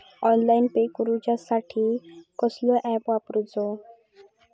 Online pay करूचा साठी कसलो ऍप वापरूचो?